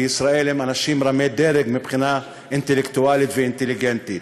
בישראל הם אנשים רמי-דרג מבחינה אינטלקטואלית ואינטליגנטית.